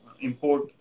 import